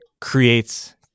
creates